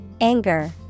Anger